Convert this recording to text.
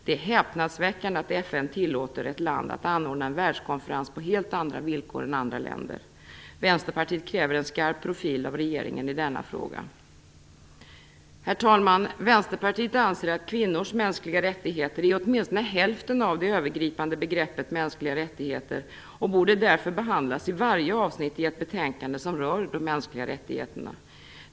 Det är häpnadsväckande att FN tillåter ett land att anordna en världskonferens på helt andra villkor än andra länder. Vänsterpartiet kräver en skarp profil av regeringen i denna fråga. Herr talman! Vänsterpartiet anser att kvinnors mänskliga rättigheter är åtminstone hälften av det övergripande begreppet mänskliga rättigheter och därför borde behandlas i varje avsnitt i ett betänkande som rör de mänskliga rättigheterna.